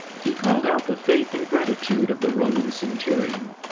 he called out the faith and gratitude of the roman centurion,